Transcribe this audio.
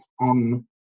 on